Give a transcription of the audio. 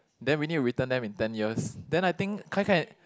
then we need to return them in ten years then I think kai kai